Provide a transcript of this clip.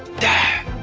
die!